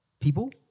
people